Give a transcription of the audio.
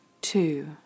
Two